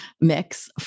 mix